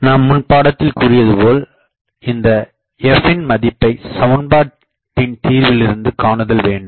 நாம் முன் பாடத்தில் கூறியது போல் இந்த "f" இன் மதிப்பை சமன்பாட்டின் தீர்விலிருந்து காணுதல் வேண்டும்